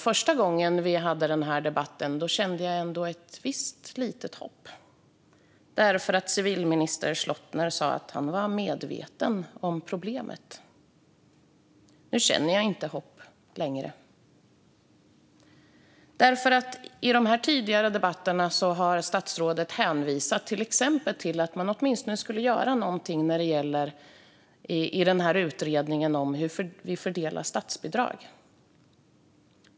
Första gången vi hade denna debatt kände jag ändå ett visst litet hopp, för civilminister Slottner sa att han var medveten om problemet. Nu känner jag inte hopp längre. I de tidigare debatterna har statsrådet till exempel hänvisat till att man åtminstone skulle göra något i den här utredningen när det gäller hur vi fördelar statsbidrag.